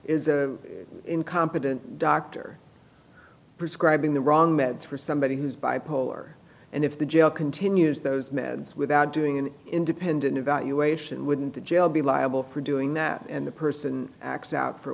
is the incompetent doctor prescribing the wrong meds for somebody who's bipolar and if the jail continues those meds without doing an independent evaluation wouldn't the jail be liable for doing that and the person acts out for